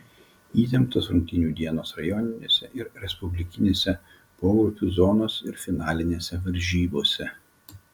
įtemptos rungtynių dienos rajoninėse ir respublikinėse pogrupių zonos ir finalinėse varžybose